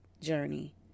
journey